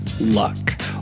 luck